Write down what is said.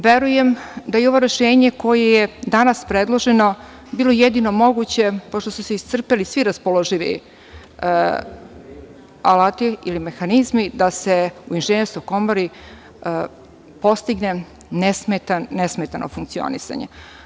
Verujem da je ovo rešenje koje je danas predloženo bilo jedino moguće pošto su se iscrpeli svi raspoloživi alati ili mehanizmi da se u Inženjersko komori postigne nesmetano funkcionisanje.